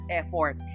effort